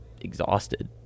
exhausted